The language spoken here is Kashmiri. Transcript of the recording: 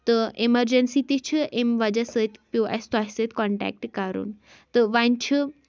تہٕ ایمرجینسی تہِ چھِ اَمہِ وجہہ سۭتۍ پیوٚو اَسہِ تۄہہِ سۭتۍ کَنٹیکٹ کَرُن تہٕ وۄنۍ چھِ